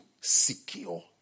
secure